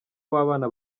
w’abana